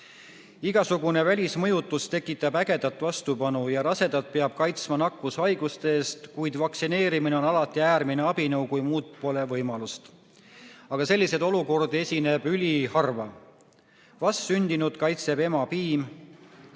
Igasugune välismõjutus tekitab ägedat vastupanu ja rasedat peab kaitsma nakkushaiguste eest, kuid vaktsineerimine on alati äärmine abinõu, kui pole muud võimalust, aga selliseid olukordi esineb üliharva. Vastsündinut kaitseb emapiim.